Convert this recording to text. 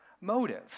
motive